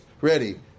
ready